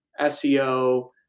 SEO